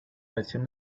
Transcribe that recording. versión